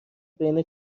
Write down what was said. بین